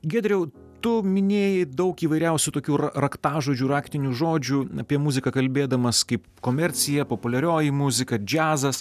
giedriau tu minėjai daug įvairiausių tokių ra raktažodžių raktinių žodžių apie muziką kalbėdamas kaip komercija populiarioji muzika džiazas